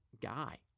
guy